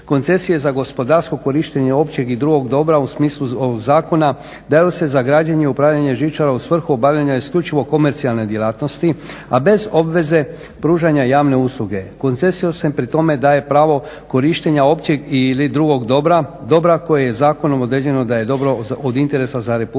Koncesije za gospodarsko korištenje općeg i drugog dobra u smislu ovog zakona daju se za građenje i upravljanje žičara u svrhu obavljanja isključivo komercijalne djelatnosti, a bez obveze pružanja javne usluge. Koncesijom se pri tome daje pravo korištenja općeg ili drugog dobra koje je zakonom određeno da je dobro od interesa za Republiku